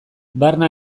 barne